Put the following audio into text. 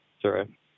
Sorry